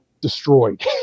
destroyed